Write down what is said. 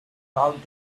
proud